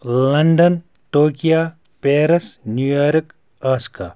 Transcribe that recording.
London Tokyo Paris New York Osaka